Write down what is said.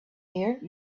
here